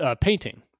painting